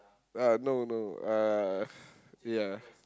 ya no no uh ya